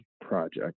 project